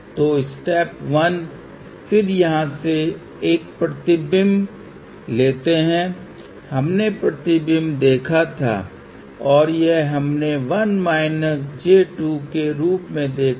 तो एक ही बात फिर से इगिंत है 02 j 02 इसलिए यह वह बिंदु है जो इगिंतlocated है इसलिए यहां से ऊपर जाने के बजाय हम नीचे जा रहे हैं हम एक बिंदु पर रुकते हैं जहां यह 1 सर्कल के बराबर इस g को काटता है